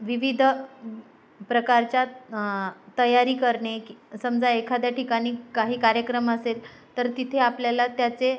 विविध प्रकारच्या तयारी करणे की समजा एखाद्या ठिकाणी काही कार्यक्रम असेल तर तिथे आपल्याला त्याचे